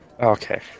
Okay